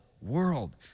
world